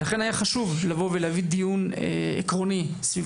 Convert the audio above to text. ולכן היה חשוב לבוא ולהביא דיון עקרוני סביב